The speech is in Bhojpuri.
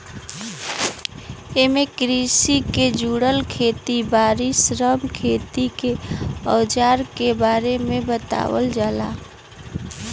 एमे कृषि के जुड़ल खेत बारी, श्रम, खेती के अवजार के बारे में बतावल जाला